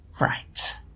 Right